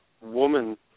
woman